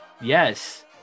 yes